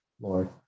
Lord